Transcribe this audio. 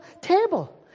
table